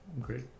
great